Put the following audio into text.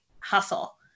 hustle